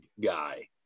guy